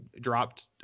dropped